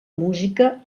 música